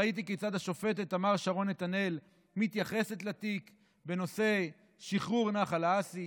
ראיתי כיצד השופטת תמר שרון נתנאל מתייחסת לתיק בנושא שחרור נחל האסי,